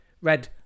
red